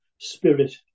spirit